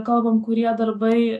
kalbam kurie darbai